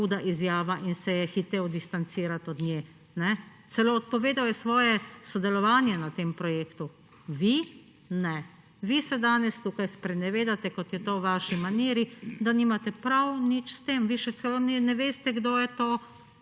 huda izjava in se je hitel distancirati od nje, celo odpovedal je svoje sodelovanje na tem projektu. Vi ne; vi se danes tukaj sprenevedate, kot je to v vaši maniri, da nimate prav nič s tem, vi še celo ne veste, kdo je to